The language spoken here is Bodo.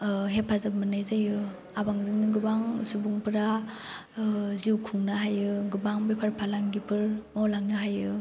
ओह हेफाजाब मोन्नाय जायो आबादजोंनो गोबां सुबंफ्रा ओह जिउ खुंनो हायो गोबां बेफार फालांगिफोर मावलांनो हायो